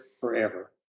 forever